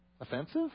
offensive